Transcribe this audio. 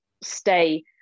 stay